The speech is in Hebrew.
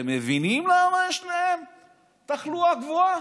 אתם מבינים למה יש להם תחלואה גבוהה?